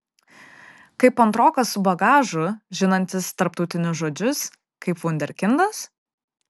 kaip antrokas su bagažu žinantis tarptautinius žodžius kaip vunderkindas